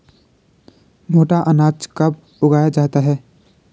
मोटा अनाज कब उगाया जाता है?